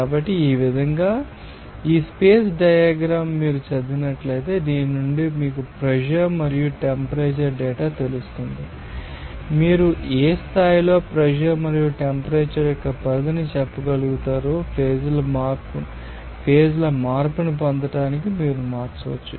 కాబట్టి ఈ విధంగా ఈ స్పేస్ డయాగ్రమ్ మీరు చదివినట్లయితే దీని నుండి మీకు ప్రెషర్ మరియు టెంపరేచర్ డేటా తెలుసు మీరు ఏ స్థాయిలో ప్రెషర్ మరియు టెంపరేచర్ యొక్క పరిధిని చెప్పగలుగుతారు ఫేజ్ ల మార్పును పొందడానికి మీరు మార్చవచ్చు